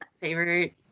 favorite